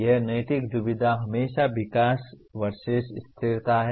तो नैतिक दुविधा हमेशा विकास वर्सेज स्थिरता है